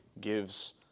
gives